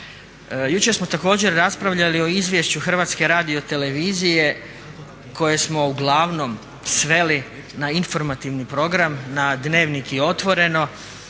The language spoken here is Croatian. Jučer smo također raspravljali o Izvješću HRT-a koje smo uglavnom sveli na informativni program, na Dnevnik i Otvoreno,